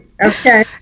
Okay